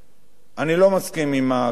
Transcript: אני לא מסכים עם הקביעה הזאת.